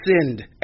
sinned